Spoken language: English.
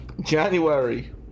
January